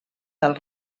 del